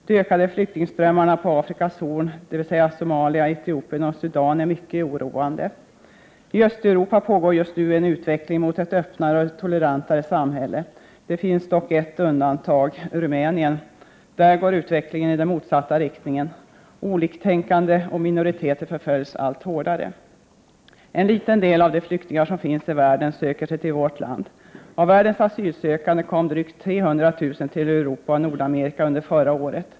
De ökade flyktingströmmarna på Afrikas horn, dvs. Somalia, Etiopien och Sudan är mycket oroande. I Östeuropa pågår just nu en utveckling mot ett öppnare och tolerantare samhälle. Det finns dock ett undantag — Rumänien. Där går utvecklingen i den motsatta riktningen. Oliktänkande och minoriteter förföljs allt hårdare. En liten del av de flyktingar som finns i världen söker sig till vårt land. Av världens asylsökande kom drygt 300 000 till Europa och Nordamerika under förra året.